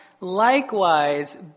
likewise